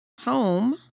home